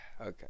okay